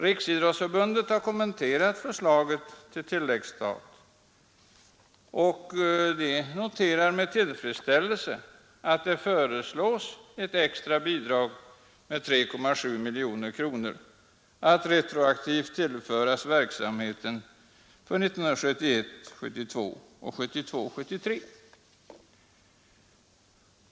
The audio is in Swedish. Riksidrottsförbundet har kommenterat förslaget till tilläggsstat och noterat med tillfredsställelse att det föreslås ett extra bidrag på 3,7 miljoner kronor att retroaktivt tillföras verksamheten för 1971 73.